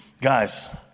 Guys